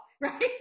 right